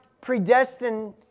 predestined